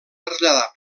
traslladar